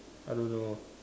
I don't know